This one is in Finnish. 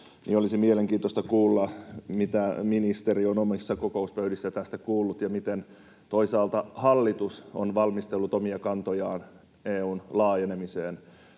ja olisi mielenkiintoista kuulla, mitä ministeri on omissa kokouspöydissään tästä kuullut ja miten toisaalta hallitus on valmistellut omia kantojaan EU:n laajenemiseen.